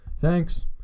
thanks